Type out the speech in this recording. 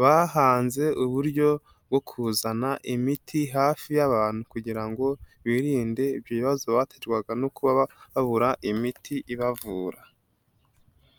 bahanze uburyo bwo kuzana imiti hafi y'abantu kugira ngo birinde ibyo bibazo baterwaga no kuba babura imiti ibavura.